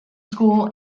school